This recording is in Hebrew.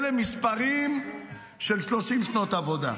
אלה מספרים של 30 שנות עבודה.